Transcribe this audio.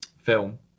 film